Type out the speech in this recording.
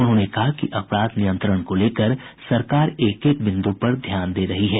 उन्होंने कहा कि अपराध नियंत्रण को लेकर सरकार एक एक बिन्दु पर ध्यान दे रही है